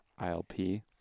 ILP